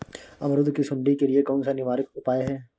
अमरूद की सुंडी के लिए कौन सा निवारक उपाय है?